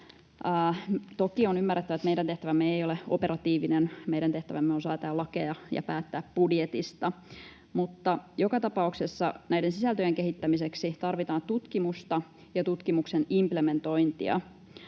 Toki on ymmärrettävä, että meidän tehtävämme ei ole operatiivinen, meidän tehtävämme on säätää lakeja ja päättää budjetista, mutta joka tapauksessa näiden sisältöjen kehittämiseksi tarvitaan tutkimusta ja tutkimuksen implementointia.